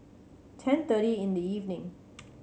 ten thirty in the evening